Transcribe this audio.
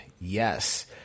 Yes